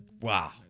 Wow